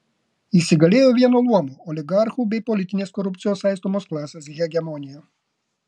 įsigalėjo vieno luomo oligarchų bei politinės korupcijos saistomos klasės hegemonija